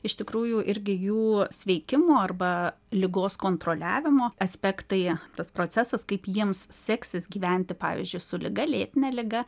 iš tikrųjų irgi jų sveikimo arba ligos kontroliavimo aspektai tas procesas kaip jiems seksis gyventi pavyzdžiui su liga lėtine liga